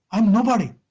i am nobody.